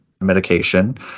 medication